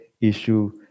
issue